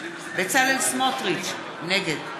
בצלאל סמוטריץ, נגד